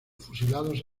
fusilados